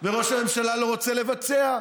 וראש הממשלה לא רוצה לבצע,